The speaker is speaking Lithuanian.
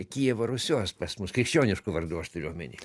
kijevo rusios pas mus krikščioniškų vardų aš turiu omeny